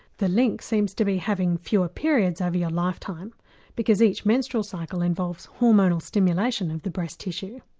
the link seems to be having fewer periods of your life time because each menstrual cycle involves hormonal stimulation of the breast tissue.